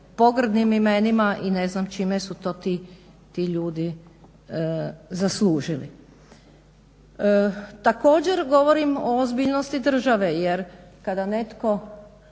pogrdnim imenima. I ne znam čime su to ti ljudi zaslužili. Također govorim o ozbiljnosti države jer kada netko